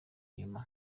inyuma